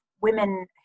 women